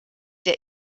der